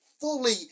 fully